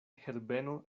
herbeno